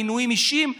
מינויים אישיים,